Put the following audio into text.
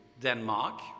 Denmark